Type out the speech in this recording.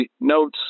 notes